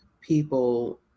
people